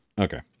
Okay